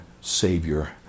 Savior